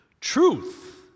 truth